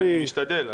אני אשתדל.